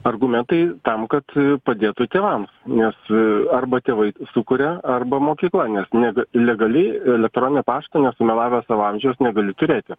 argumentai tam kad padėtų tėvams nes arba tėvai sukuria arba mokykla nes leg legaliai elektroninio pašto nesumelavęs savo amžiaus negali turėti